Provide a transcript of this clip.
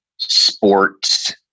sports